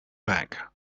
back